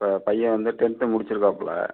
இப்போ பையன் வந்து டென்த்து முடிச்சுருக்காப்ல